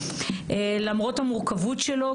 למרות המורכבות שלו.